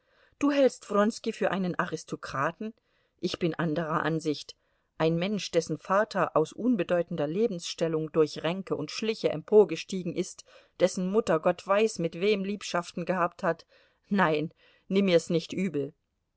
du hältst wronski für einen aristokraten ich bin anderer ansicht ein mensch dessen vater aus unbedeutender lebensstellung durch ränke und schliche emporgestiegen ist dessen mutter gott weiß mit wem liebschaften gehabt hat nein nimm mir's nicht übel